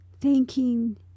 thanking